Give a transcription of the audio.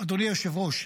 אדוני היושב-ראש,